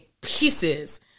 pieces